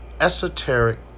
esoteric